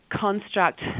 construct